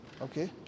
Okay